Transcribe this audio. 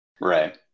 Right